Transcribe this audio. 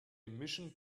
emission